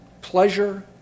pleasure